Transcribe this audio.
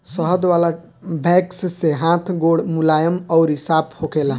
शहद वाला वैक्स से हाथ गोड़ मुलायम अउरी साफ़ होखेला